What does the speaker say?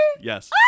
Yes